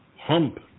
hump